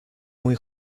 muy